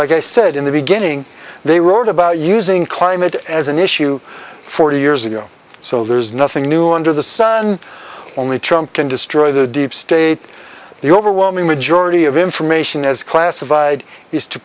like i said in the beginning they wrote about using climate as an issue forty years ago so there's nothing new under the sun only trump can destroy the deep state the overwhelming majority of information is classified is to